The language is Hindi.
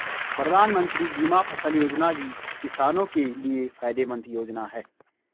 प्रधानमंत्री बीमा फसल योजना भी किसानो के लिये फायदेमंद योजना है